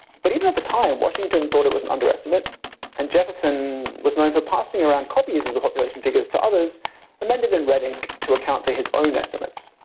but even at the time, washington thought it was under estimate and jefferson, was known for passing around copies of the population figures to others amended in red ink to account for his own estimates.